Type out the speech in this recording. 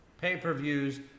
pay-per-views